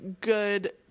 good